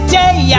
day